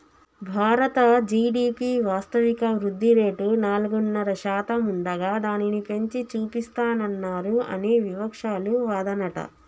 భారత జి.డి.పి వాస్తవిక వృద్ధిరేటు నాలుగున్నర శాతం ఉండగా దానిని పెంచి చూపిస్తానన్నారు అని వివక్షాలు వాదనట